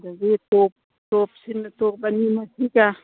ꯑꯗꯒꯤ ꯇꯣꯞ ꯑꯅꯤꯃ ꯁꯤꯒ